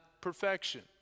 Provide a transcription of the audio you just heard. perfection